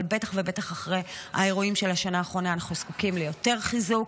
אבל בטח ובטח אחרי האירועים של השנה האחרונה אנחנו זקוקים ליותר חיזוק.